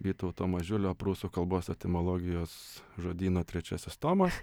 vytauto mažiulio prūsų kalbos etimologijos žodyno trečiasis tomas